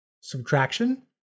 subtraction